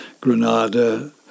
Granada